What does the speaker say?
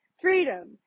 Freedom